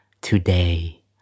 Today